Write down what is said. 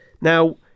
Now